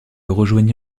rejoignit